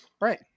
Right